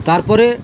তারপরে